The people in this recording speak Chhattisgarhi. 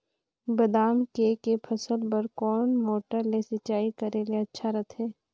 बादाम के के फसल बार कोन मोटर ले सिंचाई करे ले अच्छा रथे?